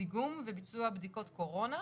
דיגום וביצוע בדיקות קורונה,